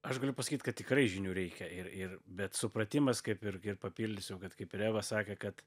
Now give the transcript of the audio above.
aš galiu pasakyt kad tikrai žinių reikia ir ir bet supratimas kaip ir ir papildysiu kad kaip ir eva sakė kad